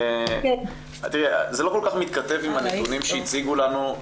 זה לא כל כך מתכתב עם הנתונים שהציגו לנו,